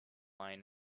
lying